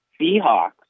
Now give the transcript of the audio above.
Seahawks